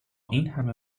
اینهمه